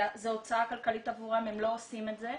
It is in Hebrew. זו הוצאה כלכלית עבורם והם לא עושים את זה.